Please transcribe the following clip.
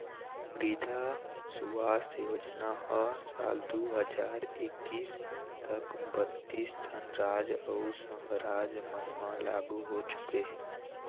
मृदा सुवास्थ योजना ह साल दू हजार एक्कीस तक बत्तीस ठन राज अउ संघ राज मन म लागू हो चुके हे